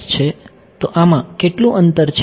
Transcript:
તો આમાં કેટલું અંતર છે